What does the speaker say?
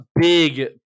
Big